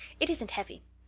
it isn't heavy.